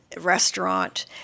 restaurant